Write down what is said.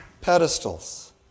pedestals